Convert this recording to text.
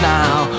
now